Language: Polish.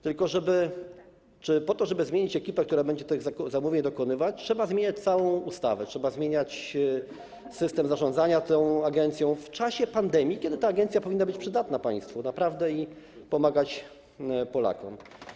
Tylko czy po to, żeby zmienić ekipę, która będzie tych zamówień dokonywać, trzeba zmieniać całą ustawę, trzeba zmieniać system zarządzania tą agencją w czasie pandemii, kiedy ta agencja naprawdę powinna być przydatna państwu i pomagać Polakom?